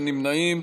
אין נמנעים.